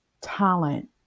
talent